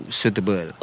suitable